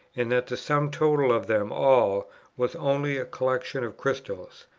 and that the sum total of them all was only a collection of crystals.